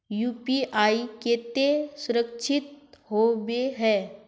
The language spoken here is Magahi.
यु.पी.आई केते सुरक्षित होबे है?